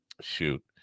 shoot